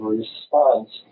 response